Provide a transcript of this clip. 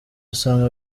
usanga